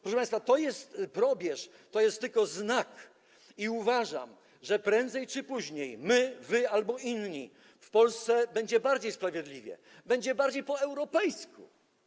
Proszę państwa, to jest probierz, to jest tylko znak, i uważam, że prędzej czy później - my, wy albo inni - w Polsce będzie bardziej sprawiedliwie, będzie bardziej po europejsku.